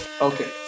Okay